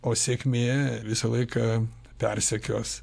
o sėkmė visą laiką persekios